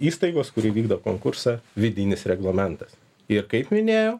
įstaigos kuri vykdo konkursą vidinis reglamentas ir kaip minėjau